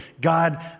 God